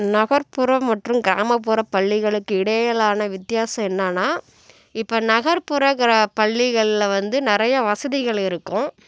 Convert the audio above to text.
நகர்புற மற்றும் கிராமப்புற பள்ளிகளுக்கு இடையிலான வித்தியாசம் என்னன்னா இப்போ நகர்புற கிர பள்ளிகளில் வந்து நிறைய வசதிகள் இருக்கும்